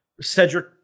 Cedric